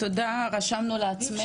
תודה, רשמנו לעצמנו.